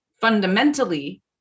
fundamentally